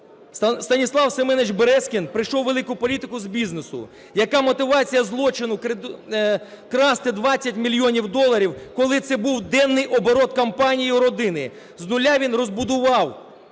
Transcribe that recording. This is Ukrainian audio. Станіслав Семенович Березкін прийшов у велику політику з бізнесу. Яка мотивація злочину, красти 20 мільйонів доларів, коли це був денний оборот компанії у родини? З нуля він розбудував